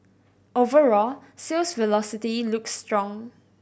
overall sales velocity looks strong